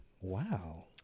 Wow